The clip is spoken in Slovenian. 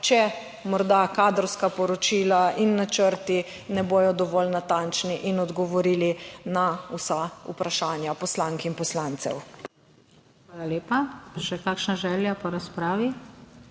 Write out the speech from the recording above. če morda kadrovska poročila in načrti ne bodo dovolj natančni in odgovorili na vsa vprašanja poslank in poslancev. PODPREDSEDNICA NATAŠA SUKIČ: Hvala lepa. Še kakšna želja po razpravi?